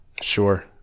Sure